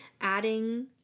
Adding